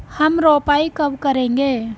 हम रोपाई कब करेंगे?